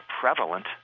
prevalent